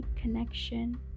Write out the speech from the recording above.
connection